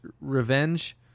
revenge